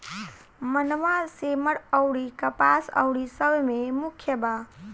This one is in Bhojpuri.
मनवा, सेमर अउरी कपास अउरी सब मे मुख्य बा